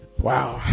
Wow